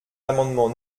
l’amendement